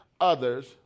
others